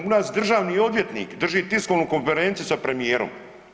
U nas državni odvjetnik drži tiskovnu konferenciju sa premijerom.